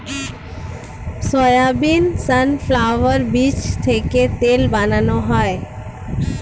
soybean, sunflower বীজ থেকে তেল বানানো হয়